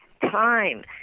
time